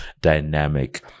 dynamic